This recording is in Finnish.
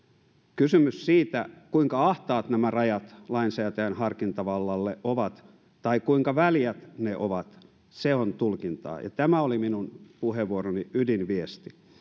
kysymys siitä kuinka ahtaat nämä rajat lainsäätäjän harkintavallalle ovat tai kuinka väljät ne ovat on tulkintaa ja tämä oli minun puheenvuoroni ydinviesti